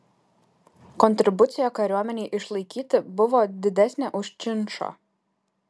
kontribucija kariuomenei išlaikyti buvo didesnė už činšą